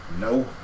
No